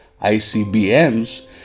ICBMs